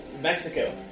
Mexico